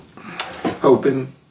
hoping